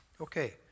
Okay